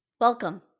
Welcome